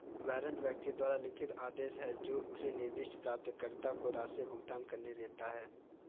warrant व्यक्ति द्वारा लिखित आदेश है जो उसे निर्दिष्ट प्राप्तकर्ता को राशि भुगतान करने देता है